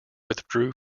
withdrew